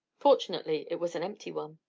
fortunately it was an empty one.